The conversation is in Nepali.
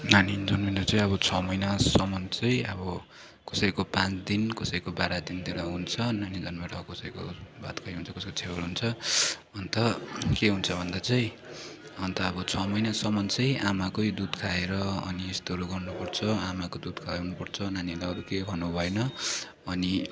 नानी जन्मिँदा चाहिँ अब छ महिनासम्म चाहिँ अब कसैको पाँच दिन कसैको बाह्र दिनतिर हुन्छ नानी जन्मेर कसैको भातखुवाइ हुन्छ कसैको छेवर हुन्छ अन्त के हुन्छ भन्दा चाहिँ अन्त अब छ महिनासम्म चाहिँ आमाकै दुध खाएर अनि यस्तो लगाउनुपर्छ आमाको दुध खुवाउनुपर्छ नानीहरूलाई अरू केही खुवाउनु भएन अनि